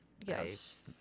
yes